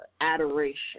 adoration